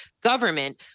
government